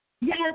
Yes